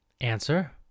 Answer